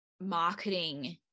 marketing